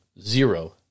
Zero